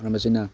ꯃꯔꯝ ꯑꯁꯤꯅ